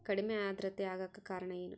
ಕಡಿಮೆ ಆಂದ್ರತೆ ಆಗಕ ಕಾರಣ ಏನು?